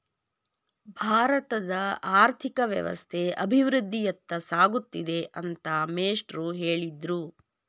ಭಾರತದ ಆರ್ಥಿಕ ವ್ಯವಸ್ಥೆ ಅಭಿವೃದ್ಧಿಯತ್ತ ಸಾಗುತ್ತಿದೆ ಅಂತ ಮೇಷ್ಟ್ರು ಹೇಳಿದ್ರು